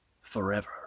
forever